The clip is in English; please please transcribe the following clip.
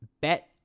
bet